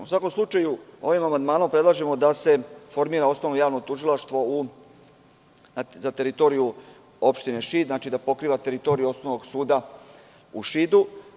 U svakom slučaju, ovim amandmanom predlažemo da se formira osnovno javno tužilaštvo za teritoriju opštine Šid, da pokriva teritoriju osnovnog suda u Šidu.